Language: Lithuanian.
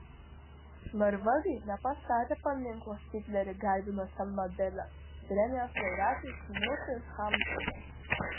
norvegai nepastatė paminklo hitlerį garbinusiam nobelio premijos laureatui knutui hamsunui